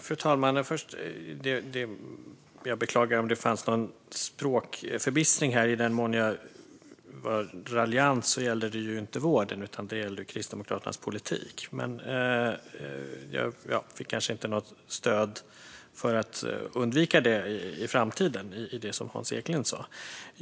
Fru talman! Jag beklagar om det fanns någon språkförbistring här. I den mån jag var raljant gällde det ju inte vården, utan det gällde Kristdemokraternas politik. Jag fick kanske inte något stöd för att undvika det i framtiden i det som Hans Eklind sa.